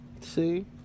See